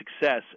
success